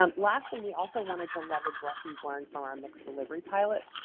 um lastly, we also wanted to leverage lessons learned from our mixed-delivery pilot,